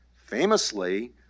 famously